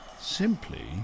simply